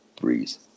Breeze